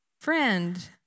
Friend